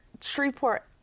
Shreveport